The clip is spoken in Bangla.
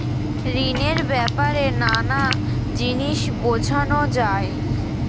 ঋণের ব্যাপারে নানা জিনিস বোঝানো যায়